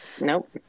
Nope